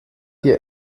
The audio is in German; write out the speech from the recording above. hier